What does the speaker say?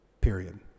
period